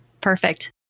Perfect